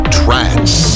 trance